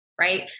Right